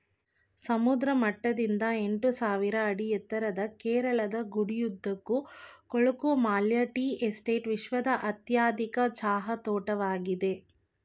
ಸಮುದ್ರ ಮಟ್ಟದಿಂದ ಎಂಟುಸಾವಿರ ಅಡಿ ಎತ್ತರದ ಕೇರಳದ ಗಡಿಯುದ್ದಕ್ಕೂ ಕೊಲುಕುಮಾಲೈ ಟೀ ಎಸ್ಟೇಟ್ ವಿಶ್ವದ ಅತ್ಯಧಿಕ ಚಹಾ ತೋಟವಾಗಿದೆ